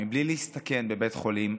מבלי להסתכן בבית חולים,